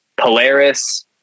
Polaris